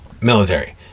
military